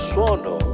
Suono